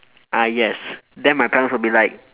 ah yes then my parents will be like